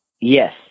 Yes